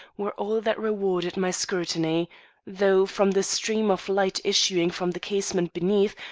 were all that rewarded my scrutiny though, from the stream of light issuing from the casement beneath,